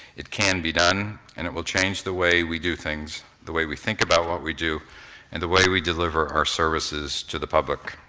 it can be done and it will change the way we do things, the way we think about what we do and the way we deliver our services to the public.